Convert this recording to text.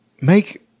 make